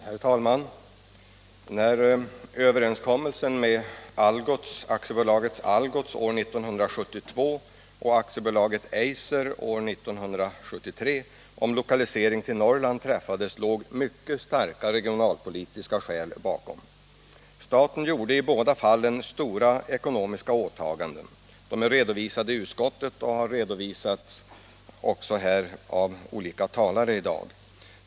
Herr talman! När överenskommelsen med Algots år 1972 och med AB Eiser år 1973 om lokalisering till Norrland träffades låg mycket starka regionalpolitiska skäl bakom. Staten gjorde i båda fallen stora ekonomiska åtaganden. De är redovisade i utskottsbetänkandet och har redovisats också här i dag av olika talare.